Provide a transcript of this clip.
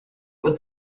would